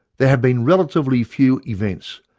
there have been relatively few events,